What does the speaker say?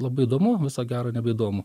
labai įdomu viso gero nebeįdomu